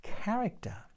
character